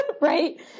right